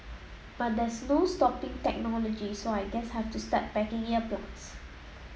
but there's no stopping technology so I guess have to start packing ear plugs